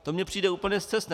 To mně přijde úplně scestné.